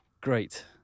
Great